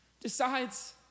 decides